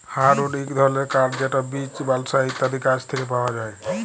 hardwood ইক ধরলের কাঠ যেট বীচ, বালসা ইত্যাদি গাহাচ থ্যাকে পাউয়া যায়